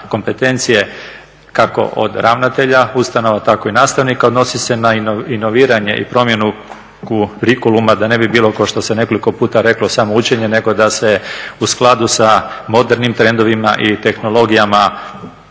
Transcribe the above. kompetencije kako od ravnatelja ustanova, tako i nastavnika, odnosi se na inoviranje i promjenu kurikuluma da ne bi bilo kao što se nekoliko puta reklo samo učenje, nego da se u skladu sa modernim trendovima i tehnologijama